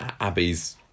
abby's